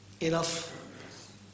enough